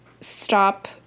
stop